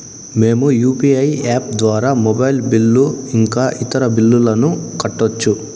మేము UPI app ద్వారా mobile bill ఇంకా ఇతర బిల్లులను కట్టొచ్చు